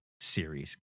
series